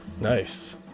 Nice